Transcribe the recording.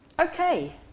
Okay